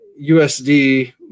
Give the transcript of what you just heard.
USD